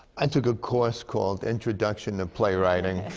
i took a course called introduction to playwriting,